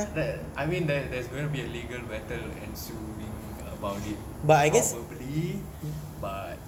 th~ I mean there there's gonna be a legal battle ensuing about it probably but